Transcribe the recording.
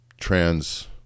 trans